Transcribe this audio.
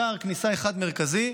בשער כניסה אחד מרכזי,